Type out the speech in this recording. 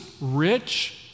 rich